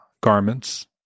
garments